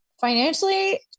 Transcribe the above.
Financially